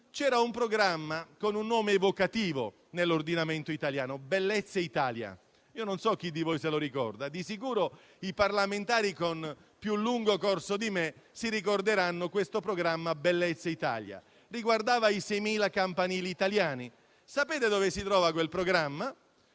C'era un programma con un nome evocativo nell'ordinamento italiano: Bellezza Italia; non so chi di voi lo ricorda, di sicuro i parlamentari con più lungo corso di me lo ricorderanno. Tale programma riguardava i 6.000 campanili italiani. Sapete dove si trova quel programma?